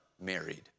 married